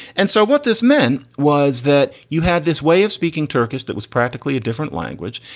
and so what this meant was that you had this way of speaking turkish. that was practically a different language.